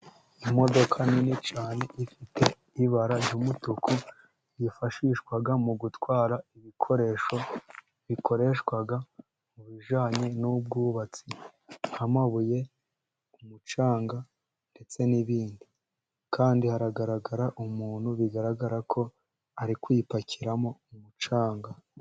Imodoka nini cyane ifite ibara ry'umutuku, yifashishwa mu gutwara ibikoresho, bikoreshwa mu bijyanye n'ubwubatsi, nk'amabuye ku mucanga ndetse n'ibindi, kandi hagaragara umuntu bigaragara ko ari kuyipakiramo umucanga.